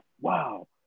wow